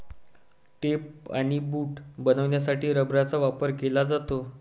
tape आणि boot बनवण्यासाठी रबराचा वापर केला जातो